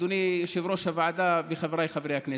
אדוני יושב-ראש הוועדה וחבריי חברי הכנסת.